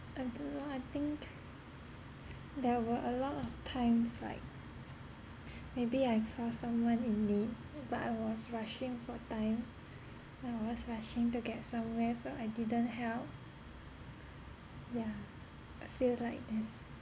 until now I think there were a lot of times like maybe I saw someone in need but I was rushing for time I was rushing to get somewhere so I didn't help yeah I feel like there's